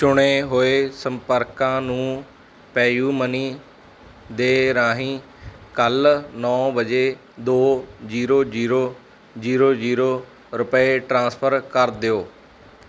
ਚੁਣੇ ਹੋਏ ਸੰਪਰਕਾਂ ਨੂੰ ਪੈਯੁਮਨੀ ਦੇ ਰਾਹੀਂ ਕੱਲ੍ਹ ਨੌ ਵਜੇ ਦੋ ਜੀਰੋ ਜੀਰੋ ਜੀਰੋ ਜੀਰੋ ਰੁਪਏ ਟ੍ਰਾਂਸਫਰ ਕਰ ਦਿਓ